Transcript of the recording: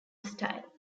style